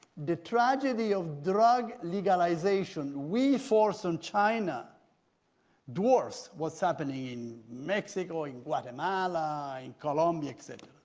the tragedy of drug legalization we forced on china dwarfs what's happening in mexico, in guatemala, in columbia, et cetera.